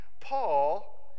Paul